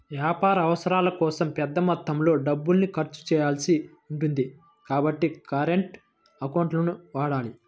వ్యాపార అవసరాల కోసం పెద్ద మొత్తంలో డబ్బుల్ని ఖర్చు చేయాల్సి ఉంటుంది కాబట్టి కరెంట్ అకౌంట్లను వాడాలి